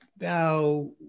now